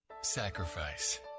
sacrifice